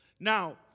Now